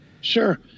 Sure